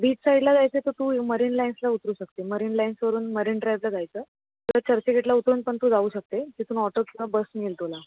beach साईडला जायचं आहे तर तू मरीन लाईन्सला उतरू शकते मरीन लाईन्सवरून मरीन ड्राईव्हला जायचं तर चर्चगेटला उतरून पण तू जाऊ शकते तिथून ऑटो किंवा बस मिळेल तुला